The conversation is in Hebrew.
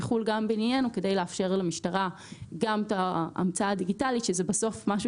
יחול גם בענייננו כדי לאפשר למשטרה גם את ההמצאה הדיגיטלית שזה בסוף משהו